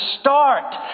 start